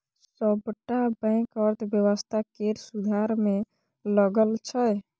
सबटा बैंक अर्थव्यवस्था केर सुधार मे लगल छै